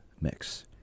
mix